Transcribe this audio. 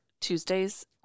Tuesdays